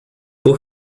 por